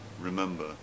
remember